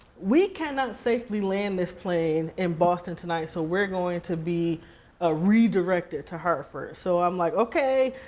we cannot safely land this plane in boston tonight. so we're going to be ah redirected to hartford. so i'm like okay,